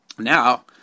now